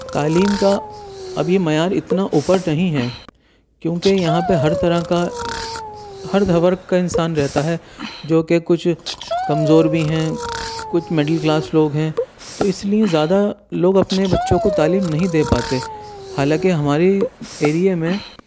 تعلیم کا ابھی معیار اتنا اوپر نہیں ہے کیونکہ یہاں پہ ہر طرح کا ہر دھور کا انسان رہتا ہے جو کہ کچھ کمزور بھی ہیں کچھ مڈل کلاس لوگ ہیں تو اس لیے زیادہ لوگ اپنے بچوں کو تعلیم نہیں دے پاتے حالانکہ ہماری ایریے میں